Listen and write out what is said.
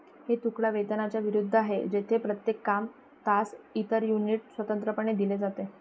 हे तुकडा वेतनाच्या विरुद्ध आहे, जेथे प्रत्येक काम, तास, इतर युनिट स्वतंत्रपणे दिले जाते